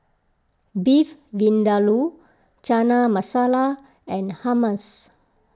Beef Vindaloo Chana Masala and Hummus